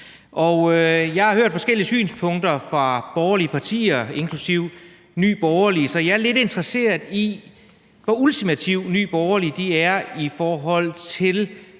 Jeg har hørt forskellige synspunkter fra de borgerlige partier, inklusive Nye Borgerlige, og jeg er lidt interesseret i at høre, hvor ultimative Nye Borgerlige er, i forhold til